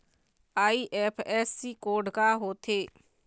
IFSC code का होथे?